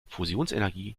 fusionsenergie